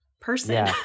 person